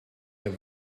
der